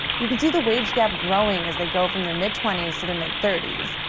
you can see the wage gap growing as they go from their mid-twenties to their mid thirties.